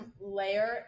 layer